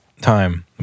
time